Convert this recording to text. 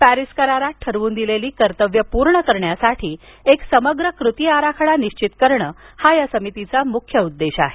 Paris करारात ठरवून दिलेली कर्तव्य पूर्णकरण्यासाठी एक समग्र कृती आराखडा निश्वित करण हा या समितीचा मुख्य उद्देश आहे